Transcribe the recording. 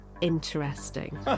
interesting